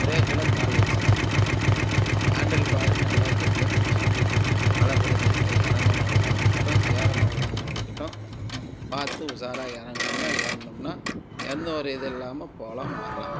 ப்ரேக்கில கால் வச்சிக்கணும் ஹேண்டில்பாரை நல்லா கெட்டியாகப் பிடிச்சுக்கிணும் மலைப்பிரதேசத்தில இறங்கும்மோது ஆகட்டும் ஏறம்போதாவது இருக்கட்டும் பார்த்து உஷாராக இறங்கனோம்னா ஏறுனோம்னா எந்த ஒரு இது இல்லாமல் போகலாம் வரலாம்